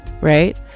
right